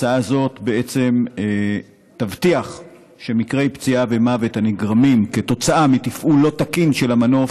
הצעה זו תבטיח שמקרי פציעה ומוות הנגרמים מתפעול לא תקין של המנוף,